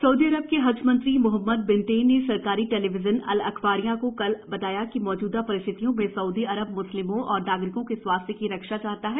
Saudi Arab के हज मंत्री मोहम्मद बैंतेन ने सरकारी टेलीविजन अल अखबारिया को कल बताया कि मौजूदा परिस्थितियों में सउदी अरब म्स्लिमों और नागरिकों के स्वास्थ्य की रक्षा चाहता है